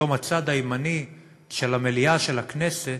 פתאום הצד הימני של המליאה של הכנסת